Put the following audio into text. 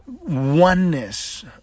oneness